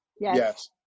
yes